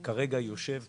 מה שאתם רואים בצד